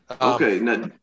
Okay